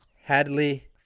Hadley